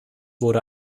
wurde